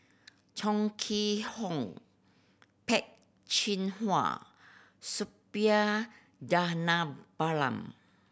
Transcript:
Chong Kee Hiong Peh Chin Hua Suppiah Dhanabalan